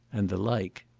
and the like.